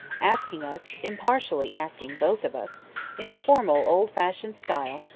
asking us impartially asking both of us in a formal, old-fashioned style,